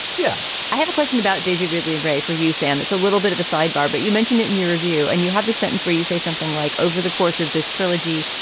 yeah i have a question about daisy ridley and ray for use and it's a little bit of a sidebar, but you mentioned it in your review and you have this sentence where you say something like over the course of this trilogy,